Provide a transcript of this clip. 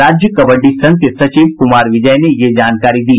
राज्य कबड्डी संघ के सचिव कुमार विजय ने ये जानकारी दी